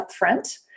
upfront